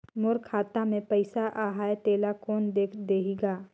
मोर खाता मे पइसा आहाय तेला कोन देख देही गा?